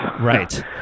Right